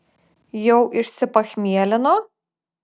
jau išsipachmielino